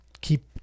keep